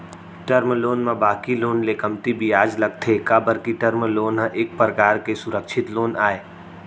term loan म बाकी loan ले कमती बियाज लगथे काबर के टर्म लोन ह एक परकार के सुरक्छित लोन आय